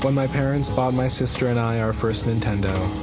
but my parents bought my sister and i our first nintendo,